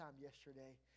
yesterday